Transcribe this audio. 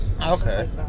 okay